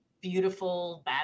beautiful